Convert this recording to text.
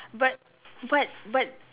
but but but